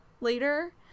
later